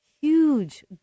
Huge